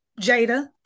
Jada